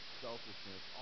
selfishness